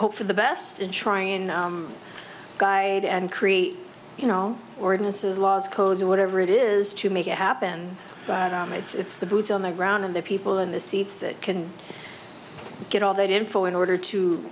hope for the best and trying guide and create you know ordinances laws codes or whatever it is to make it happen it's the boots on the ground and the people in the seats that can get all that info in order to